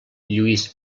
lluís